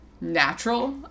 natural